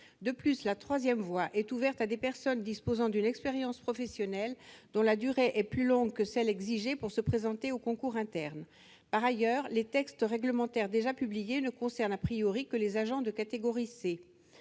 De plus, la troisième voie est ouverte aux personnes disposant d'une expérience professionnelle dont la durée est plus longue que celle qui est exigée pour pouvoir se présenter au concours interne. Par ailleurs, les textes réglementaires déjà publiés ne concernent que les agents de catégorie C.